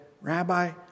Rabbi